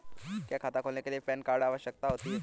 क्या खाता खोलने के लिए पैन कार्ड की आवश्यकता होती है?